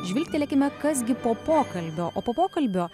žvilgtelėkime kas gi po pokalbio o po pokalbio